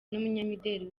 n’umunyamideli